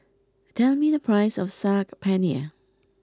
tell me the price of Saag Paneer